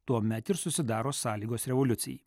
tuomet ir susidaro sąlygos revoliucijai